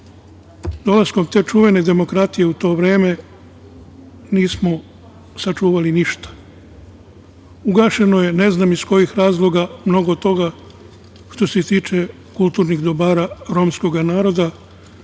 Dolaskom te čuvene demokratije u to vreme nismo sačuvali ništa. Ugašeno je, ne znam iz kojih razloga, mnogo toga što se tiče kulturnih dobara romskoga naroda